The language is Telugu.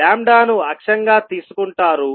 మీరు ను అక్షంగా తీసుకుంటారు